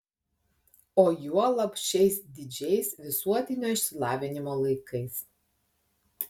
o juolab šiais didžiais visuotinio išsilavinimo laikais